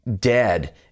dead